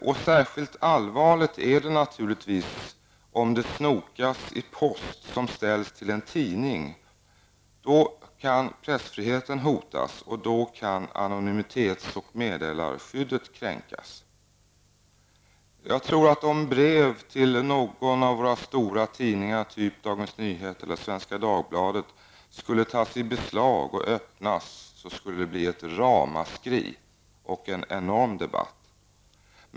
Det är naturligtvis särskilt allvarligt om det snokas i post som ställts till en tidning. Pressfriheten kan då hotas och anonymitets och meddelarskyddet kan kränkas. Jag tror att om brev till någon av våra stora tidningar, t.ex. Dagens Nyheter eller Svenska Dagbladet, skulle tas i beslag och öppnas skulle det bli ett ramaskri och en enorm debatt.